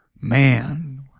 Man